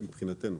מבחינתנו,